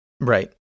Right